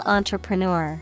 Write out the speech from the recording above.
Entrepreneur